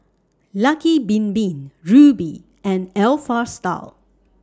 Lucky Bin Bin Rubi and Alpha Style